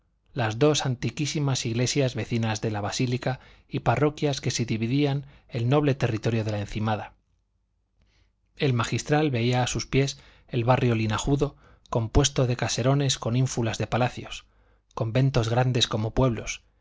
las dos antiquísimas iglesias vecinas de la basílica y parroquias que se dividían el noble territorio de la encimada el magistral veía a sus pies el barrio linajudo compuesto de caserones con ínfulas de palacios conventos grandes como pueblos